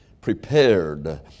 prepared